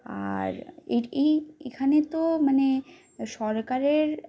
আর এই এখানে তো মানে সরকারের